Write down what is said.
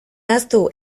ahaztu